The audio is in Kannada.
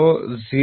000 mm 0